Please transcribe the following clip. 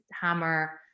hammer